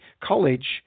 college